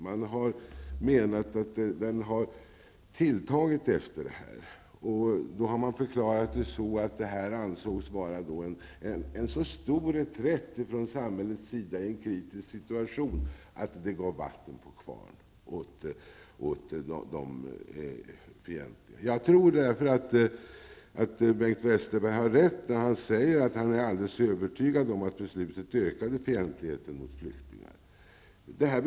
Man har menat att fientligheten har tilltagit sedan det beslutet fattades, och detta har man då förklarat med att det ansågs innebära en så stor reträtt från samhällets sida i en kritisk situation att det gav vatten på kvarn åt de främlingsfientliga. Jag tror därför att Bengt Westerberg har rätt, när han säger att han är alldeles övertygad om att beslutet ökade fientligheten mot flyktingar.